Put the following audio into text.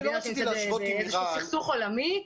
מדינה שנמצאת באיזה שהוא סכסוך עולמי,